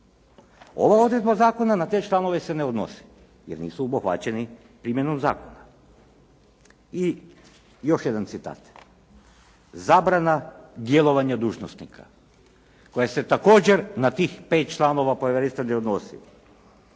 Ova odredba zakona na te članove se ne odnosi jer nisu obuhvaćeni primjenom zakona. I još jedan citat: „Zabrana djelovanja dužnosnika.“, koja se također na tih pet članova povjerenstva ne odnosi: